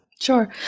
Sure